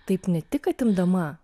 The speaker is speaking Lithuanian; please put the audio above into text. taip ne tik atimdama